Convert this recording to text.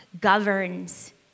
governs